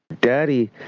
daddy